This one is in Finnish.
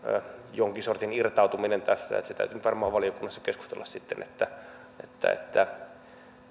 jonkin sortin irtautuminen tästä se täytyy nyt varmasti valiokunnassa keskustella sitten että että